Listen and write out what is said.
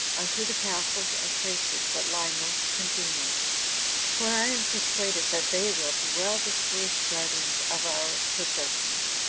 unto the castles and places that lie most convenient for i am persuaded that they will be well-disposed guardians of our possessions,